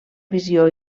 visió